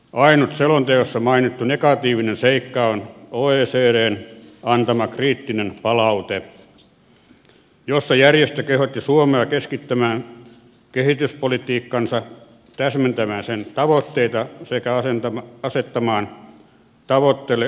ainut selonteossa mainittu negatiivinen seikka on oecdn antama kriittinen palaute jossa järjestö kehotti suomea keskittämään kehityspolitiikkansa täsmentämään sen tavoitteita sekä asettamaan tavoitteille selkeät mittarit